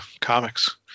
comics